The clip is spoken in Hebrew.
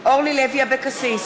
אורלי לוי אבקסיס,